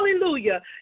hallelujah